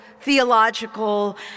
theological